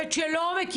נערי בר מצווה,